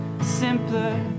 simpler